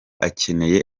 akeneye